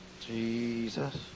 Jesus